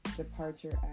departure